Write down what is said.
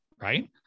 right